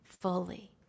fully